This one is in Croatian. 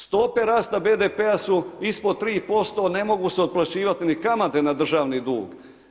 Stope rasta BDP-a su ispod 3%, ne mogu se otplaćivat ni kamate na državni dug.